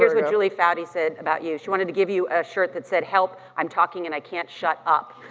here's what julie foudy said about you. she wanted to give you ah shirt that said, help, i'm talking and i can't shut up.